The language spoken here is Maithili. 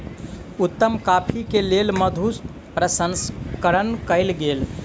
उत्तम कॉफ़ी के लेल मधु प्रसंस्करण कयल गेल